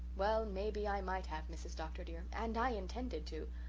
well, maybe i might have, mrs. dr. dear, and i intended to,